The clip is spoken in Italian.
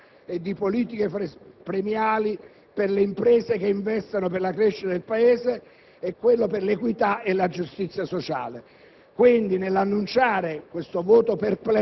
quella della crescita e della competitività e di politiche premiali per le imprese che investano per la crescita del Paese e quella per l'equità e la giustizia sociale.